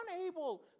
unable